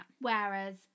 Whereas